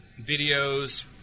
videos